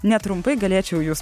netrumpai galėčiau jus